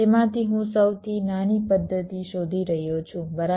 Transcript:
તેમાંથી હું સૌથી નાની પદ્ધતિ શોધી રહ્યો છું બરાબર